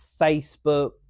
Facebook